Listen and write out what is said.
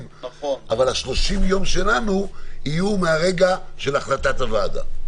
אבל ה-30 יום שלנו יהיו מרגע החלטת הוועדה,